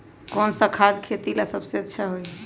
कौन सा खाद खेती ला सबसे अच्छा होई?